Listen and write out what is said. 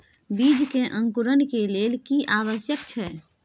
बीज के अंकुरण के लेल की आवश्यक छै?